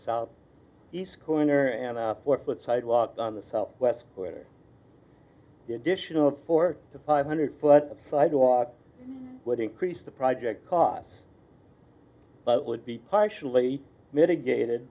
south east corner and four foot sidewalk on the south west where the additional four to five hundred foot sidewalk would increase the project cost but would be partially mitigated